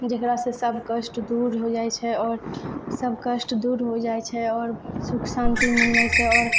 जेकरा से सब कष्ट दूर हो जाइ छै आओर सब कष्ट दूर हो जाइ छै और सुख शान्ति मिलै छै आओर